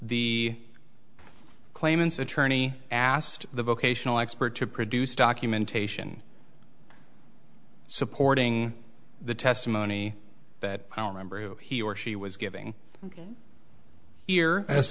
the claimant's attorney asked the vocational expert to produce documentation supporting the testimony that our member who he or she was giving here